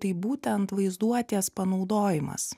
tai būtent vaizduotės panaudojimas